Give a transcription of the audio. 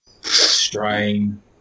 Strain